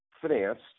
financed